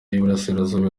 y’iburasirazuba